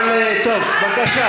שאלתי, בבקשה.